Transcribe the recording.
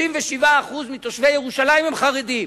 37% מתושבי ירושלים הם חרדים,